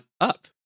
up